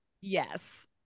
Yes